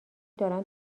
دارن